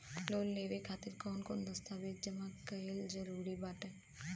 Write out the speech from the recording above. Loan लेवे खातिर कवन कवन दस्तावेज जमा कइल जरूरी बा?